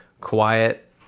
quiet